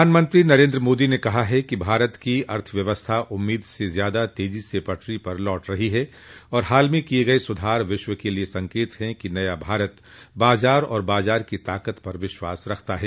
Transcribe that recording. प्रधानमंत्री नरेन्द्र मोदी ने कहा है कि भारत की अर्थव्यवस्था उम्मीद से ज्यादा तेजी से पटरी पर लौट रही है और हाल में किए गए सुधार विश्व के लिए संकेत हैं कि नया भारत बाजार और बाजार की ताकत पर विश्वास रखता है